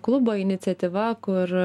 klubo iniciatyva kur